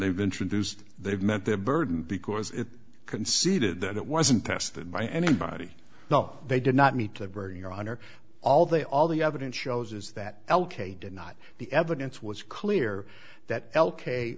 they've introduced they've met their burden because it conceded that it wasn't tested by anybody no they did not meet the burden your honor all they all the evidence shows is that l k did not the evidence was clear that l k